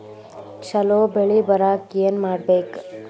ಛಲೋ ಬೆಳಿ ಬರಾಕ ಏನ್ ಮಾಡ್ಬೇಕ್?